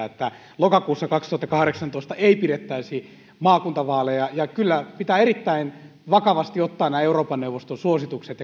että lokakuussa kaksituhattakahdeksantoista ei pidettäisi maakuntavaaleja ja kyllä pitää erittäin vakavasti ottaa nämä euroopan neuvoston suositukset